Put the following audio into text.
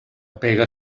pega